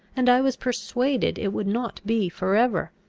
and i was persuaded it would not be for ever.